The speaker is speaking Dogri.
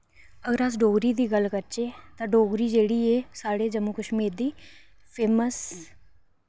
अगर अस डोगरी दी गल्ल करचै तां डोगरी जेह्ड़ी ऐ साढ़े जम्मू कश्मीर दी फेमस